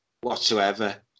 whatsoever